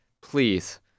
Please